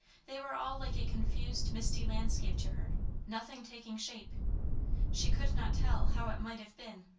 they were all like a confused misty landscape to her nothing taking shape she could not tell how it might have been.